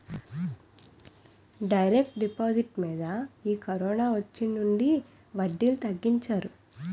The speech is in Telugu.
డైరెక్ట్ డిపాజిట్ మీద ఈ కరోనొచ్చినుంచి వడ్డీలు తగ్గించారు